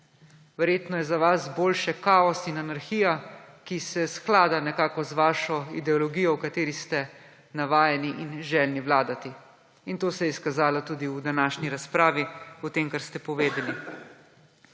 Verjetno je za vaš boljše kaos in anarhija, ki se sklada nekako z vašo ideologijo, v kateri ste navajeni in željni vladati. In to se je izkazalo tudi v današnji razpravi po tem, kar ste povedali.